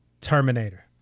Terminator